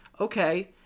Okay